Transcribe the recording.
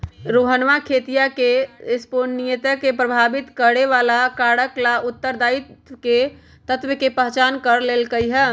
रोहनवा खेतीया में संपोषणीयता के प्रभावित करे वाला कारक ला उत्तरदायी तत्व के पहचान कर लेल कई है